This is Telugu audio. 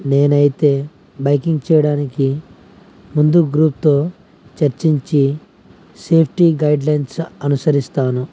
నేను అయితే బైకింగ్ చేయడానికి ముందు గ్రూప్తో చర్చించి సేఫ్టీ గైడ్లైన్స్ అనుసరిస్తాను